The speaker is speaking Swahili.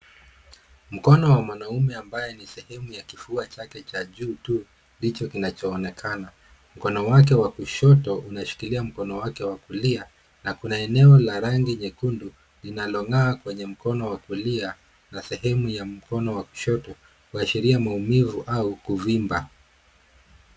Mkono wa mwanaume ambaye ni sehemu ya kifua chake cha juu tu, ndicho kinachoonekana. Mkono wake wa kushoto unashikilia mkono wake wa kulia na kuna eneo la rangi nyekundu linalong'aa kwenye mkono wa kulia na sehemu ya mkono wa kushoto, kuashiria maumivu au kuvimba.